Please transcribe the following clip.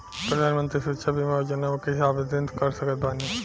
प्रधानमंत्री सुरक्षा बीमा योजना मे कैसे आवेदन कर सकत बानी?